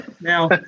Now